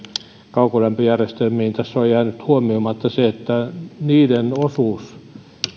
kaukolämpöjärjestelmiin niin tässä on on jäänyt huomioimatta se että niiden osuus